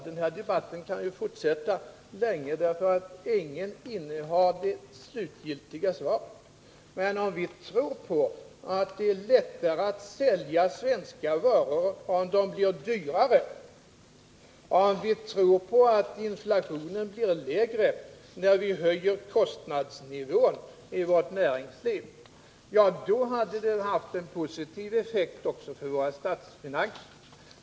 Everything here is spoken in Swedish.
Den här debatten kan ju fortsätta länge, därför att ingen har det slutgiltiga svaret. Men om vi tror på att det är lättare att sälja svenska varor, ifall de blir dyrare, och om vi tror på att inflationen blir lägre, när vi höjer kostnadsnivån i vårt näringsliv, då hade det haft en positiv effekt även för våra statsfinanser.